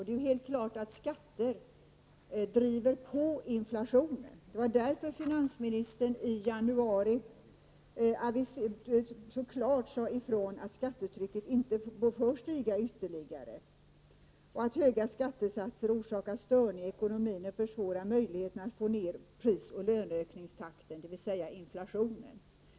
Det är klart att skatter driver på inflationen. Det var därför finansministern i januari så klart sade ifrån att skattetrycket inte bör stiga ytterligare och att höga skattesatser orsakar störningar i ekonomin och försvårar möjligheterna att få ner prisoch löneökningstakten, dvs. inflationen.